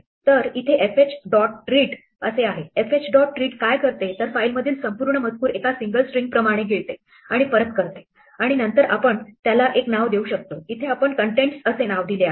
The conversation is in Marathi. तर इथे fh dot read असे आहे fh dot read काय करते तर फाईल मधील संपूर्ण मजकूर एका सिंगल स्ट्रिंग प्रमाणे गिळते आणि परत करते आणि आणि नंतर आपण त्याला एक नाव देऊ शकतो इथे आपण contents असे नाव दिले आहे